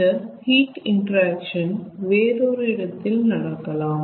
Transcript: இந்த heat interaction வேறொரு இடத்தில் நடக்கலாம்